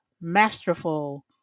masterful